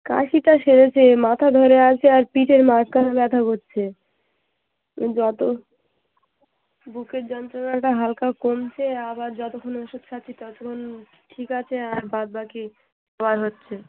কাশিটা সেরেছে মাথা ধরে আছে আর পিঠের মাঝখানে ব্যথা করছে কিন্তু অত বুকের যন্ত্রণাটা হালকা কমছে আবার যতক্ষণ না ওষুধ খাচ্ছি ততক্ষণ ঠিক আছে আর বাদ বাকি আবার হচ্ছে